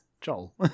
joel